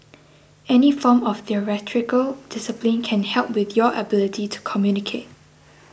any form of theatrical discipline can help with your ability to communicate